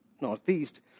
northeast